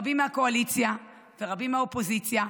רבים מהקואליציה ורבים מהאופוזיציה.